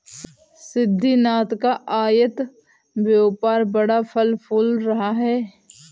सिद्धिनाथ का आयत व्यापार बड़ा फल फूल रहा है